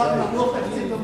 שר נמוך, תקציב נמוך.